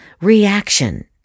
reaction